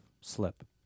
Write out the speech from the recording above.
slip